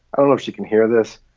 oh, she can hear this,